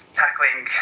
tackling